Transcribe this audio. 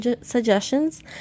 suggestions